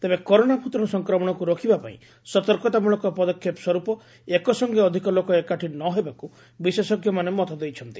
ତେବେ କରୋନା ଭ୍ରତାଣୁ ସଂକ୍ରମଣକୁ ରୋକିବାପାଇଁ ସତର୍କତାମୂଳକ ପଦକ୍ଷେପସ୍ୱରୂପ ଏକସଙେ ଅଧିକ ଲୋକ ଏକାଠି ନ ହେବାକୁ ବିଶେଷଙ୍କମାନେ ମତ ଦେଇଛନ୍ତି